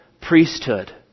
priesthood